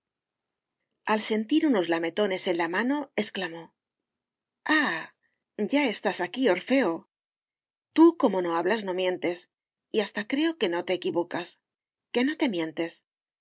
al sentir unos lametones en la mano exclamó ah ya estás aquí orfeo tú como no hablas no mientes y hasta creo que no te equivocas que no te mientes